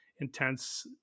intense